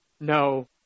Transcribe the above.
no